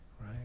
right